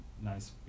nice